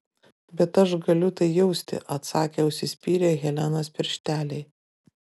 bet aš galiu tai jausti atsakė užsispyrę helenos piršteliai